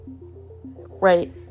right